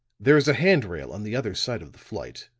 there is a hand-rail on the other side of the flight,